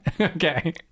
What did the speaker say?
Okay